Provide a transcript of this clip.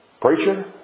preacher